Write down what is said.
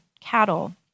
cattle